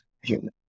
human